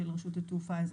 של רשות התעופה האזרחית.